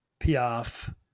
Piaf